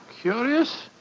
curious